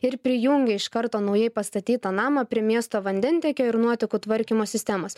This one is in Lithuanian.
ir prijungia iš karto naujai pastatytą namą prie miesto vandentiekio ir nuotekų tvarkymo sistemos